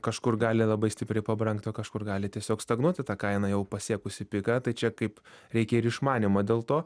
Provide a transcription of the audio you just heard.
kažkur gali labai stipriai pabrangt o kažkur gali tiesiog stagnuoti ta kaina jau pasiekusi piką tai čia kaip reikia ir išmanymo dėl to